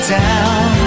down